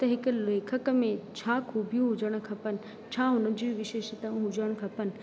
त हिकु लेखक में छा ख़ूबियूं हुजणु खपनि छा हुन जी विशेषताऊं हुजणु खपनि